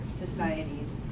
societies